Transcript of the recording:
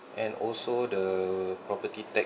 and also the property tax